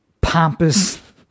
pompous